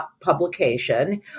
publication